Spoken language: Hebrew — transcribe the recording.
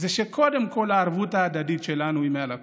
זה שקודם כול הערבות ההדדית שלנו היא מעל הכול.